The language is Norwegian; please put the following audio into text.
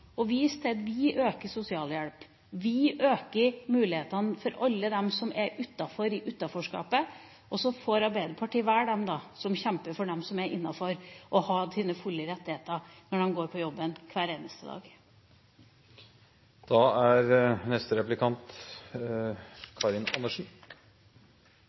vise til at vi øker sosialhjelpen, vi øker mulighetene for alle dem som er utenfor, i utenforskapet, og så får Arbeiderpartiet velge dem som kjemper for dem som er innenfor og har sine fulle rettigheter når de går på jobben, hver eneste